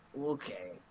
okay